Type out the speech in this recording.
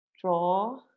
draw